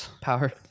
Power